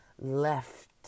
left